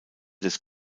des